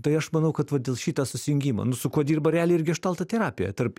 tai aš manau kad va dėl šito susijungimo nu su kuo dirba realiai ir geštalto terapija tarp